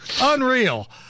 Unreal